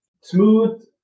Smooth